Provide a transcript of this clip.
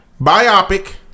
biopic